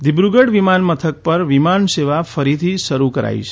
દિબ્રુગઢ વિમાનમથક ર વિમાન સેવા ફરીથી શરૂ કરાઇ છે